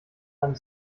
einem